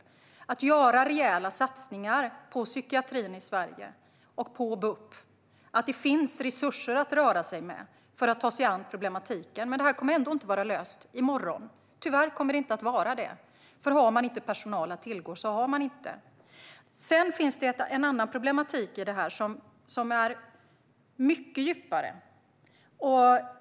Det handlar om att göra rejäla satsningar på psykiatrin i Sverige och BUP, så att det finns resurser att röra sig med så att man kan ta sig an problemen. Men de kommer, tyvärr, ändå inte att vara lösta i morgon. Om det inte finns personal så finns den inte. Sedan finns det andra problem som går djupare.